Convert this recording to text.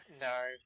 No